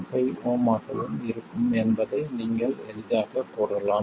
5Ω ஆகவும் இருக்கும் என்பதை நீங்கள் எளிதாகக் கூறலாம்